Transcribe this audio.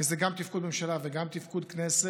כי זה גם תפקוד ממשלה וגם תפקוד כנסת,